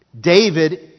David